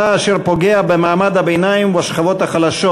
אשר פוגע במעמד הביניים ובשכבות החלשות,